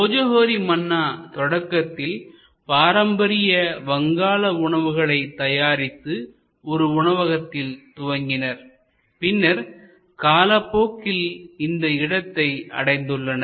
போஜோஹோரி மன்னா தொடக்கத்தில் பாரம்பரிய வங்காள உணவுகளை தயாரித்து ஒரு உணவகத்தில் துவங்கினர் பின்னர் காலப்போக்கில் இந்த இடத்தை அடைந்துள்ளனர்